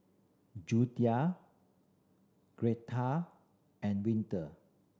Junia Greta and Winter